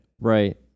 Right